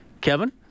Kevin